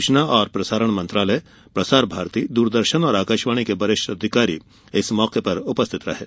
सूचना और प्रसारण मंत्रालय प्रसार भारती दूरदर्शन और आकाशवाणी के वरिष्ठ अधिकारी इस मौके पर उपस्थित थे